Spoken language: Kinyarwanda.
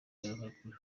binyamakuru